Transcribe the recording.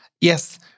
yes